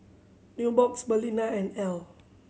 Nubox Balina and Elle